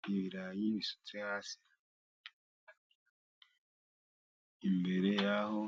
N'ibirayi bisutse hasi imbere yaho